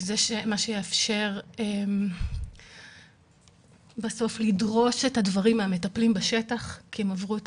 וזה מה שיאפשר בסוף לדרוש את הדברים מהמטפלים בשטח כי הם עברו את